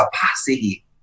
capacity